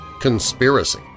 conspiracy